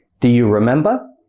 do you remember?